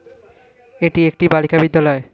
এটি একটি বালিকা বিদ্যালয়